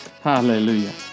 Hallelujah